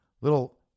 little